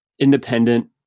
independent